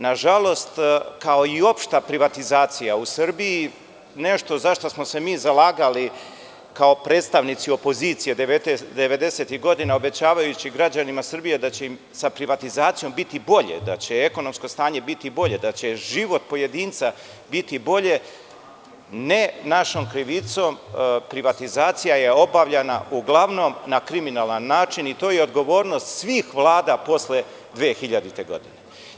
Nažalost, kao i opšta privatizacija u Srbiji, nešto za šta smo se mi zalagali, kao predstavnici opozicije 90-ih godina, obećavajući građanima Srbije da će im sa privatizacijom biti bolje, da će ekonomsko stanje biti bolje, da će život pojedinca biti bolji, ne našom krivicom, privatizacija je obavljana uglavnom na kriminalan način, i to je odgovornost svih vlada posle 2000. godine.